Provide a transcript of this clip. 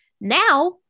Now